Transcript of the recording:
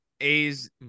A's